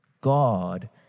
God